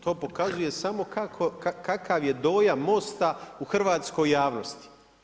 To pokazuje samo kakav je dojam MOST-a u hrvatskoj javnosti.